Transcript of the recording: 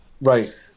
Right